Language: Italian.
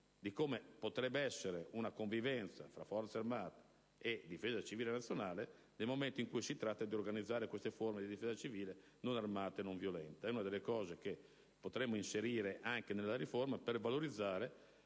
su come potrebbe essere una convivenza tra Forze armate e Difesa civile nazionale nel momento in cui si trattasse di organizzare queste forme di difesa civile non armata e nonviolenta. È una delle questioni che potremmo inserire anche nella riforma, al fine di valorizzare